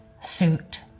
suit